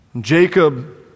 Jacob